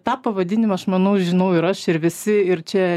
tą pavadinimą aš manau žinau ir aš ir visi ir čia